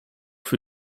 für